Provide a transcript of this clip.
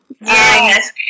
Yes